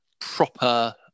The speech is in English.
proper